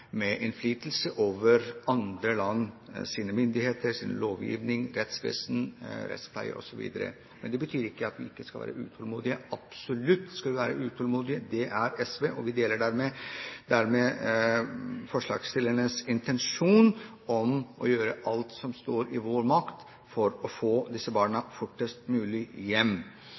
innflytelse over andre lands myndigheter, lovgivning, rettsvesen, rettspleie osv. Men det betyr ikke at vi ikke skal være utålmodige – vi skal absolutt være utålmodige. Det er SV, og vi deler dermed forslagsstillernes intensjon om å gjøre alt som står i vår makt for å få disse barna fortest mulig hjem.